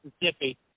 Mississippi